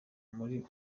muri